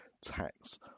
tax